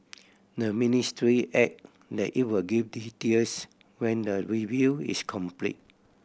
the ministry add that it would give details when the review is complete